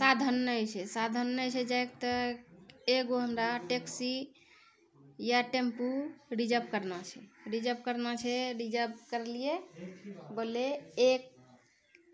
साधन नहि छै साधन नहि छै जाइ के तऽ एगो हमरा टैक्सी या टेम्पू रिजर्व करना छै रिजर्व करना छै रिजर्व करलियै बोललै एक